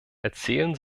erzählen